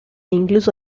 incluso